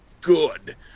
good